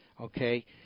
okay